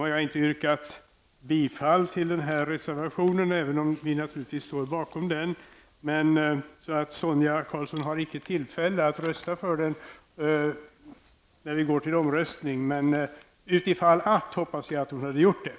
Jag har inte yrkat bifall till denna reservation, även om vi naturligtvis står bakom den. Sonia Karlsson har alltså inte tillfälle att rösta för den när vi går till omröstning, men man kan ju alltid hoppas att hon annars hade gjort det.